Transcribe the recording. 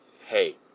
hey